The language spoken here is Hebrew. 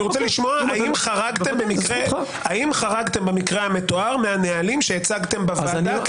אני רוצה לשמוע האם חרגתם במקרה המתואר מהנהלים שהצגתם בוועדה,